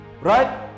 Right